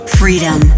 freedom